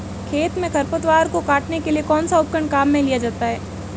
खेत में खरपतवार को काटने के लिए कौनसा उपकरण काम में लिया जाता है?